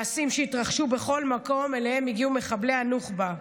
מעשים שהתרחשו בכל מקום שאליהם הגיעו מחבלי הנוח'בה: